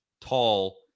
tall